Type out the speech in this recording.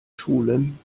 schulen